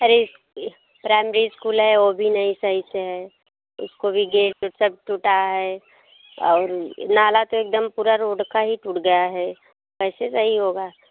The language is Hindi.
अरे प्राइमरी इस्कूल है ओ भी नई सही से है उसको भी गेट ओट सब टूटा है और नाला तो एकदम पूरा रोड का ही टूट गया है कैसे सही होगा